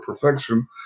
perfection